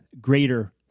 greater